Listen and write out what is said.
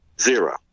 Zero